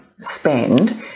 spend